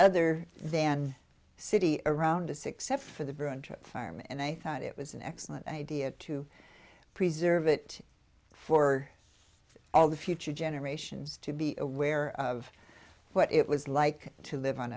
other than city around this except for the brown farm and i thought it was an excellent idea to preserve it for all the future generations to be aware of what it was like to live on